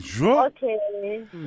Okay